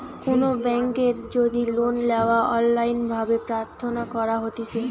কোনো বেংকের যদি লোন লেওয়া অনলাইন ভাবে প্রার্থনা করা হতিছে